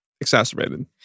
exacerbated